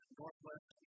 northwest